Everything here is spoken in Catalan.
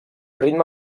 ritme